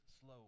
slow